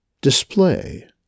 display